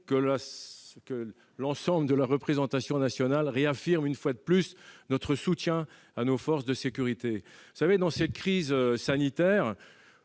que l'ensemble de la représentation nationale réaffirme, une fois de plus, son soutien à nos forces de sécurité. Dans cette crise sanitaire,